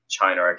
China